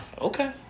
Okay